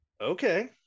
Okay